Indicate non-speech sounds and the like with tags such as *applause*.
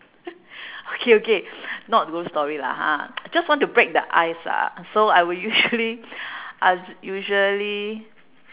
*laughs* okay okay not ghost story lah ha just want to break the ice ah so I will usually I'm usually